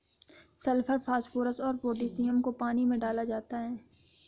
sulphur phosphorus और potassium को पानी में डाला जाता है